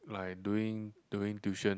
like doing doing tuition